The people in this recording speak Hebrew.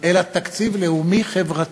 אלא תקציב לאומי-חברתי.